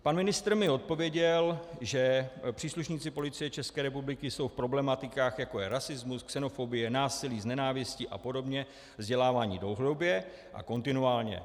Pan ministr mi odpověděl, že příslušníci Policie České republiky jsou v problematikách, jako je rasismus, xenofobie, násilí z nenávisti apod. vzděláváni dlouhodobě a kontinuálně.